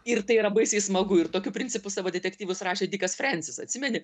ir tai yra baisiai smagu ir tokiu principu savo detektyvus rašė dikas frensis atsimeni